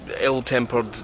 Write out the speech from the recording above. ill-tempered